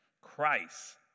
Christ